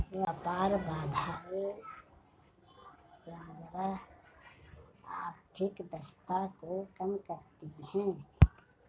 व्यापार बाधाएं समग्र आर्थिक दक्षता को कम करती हैं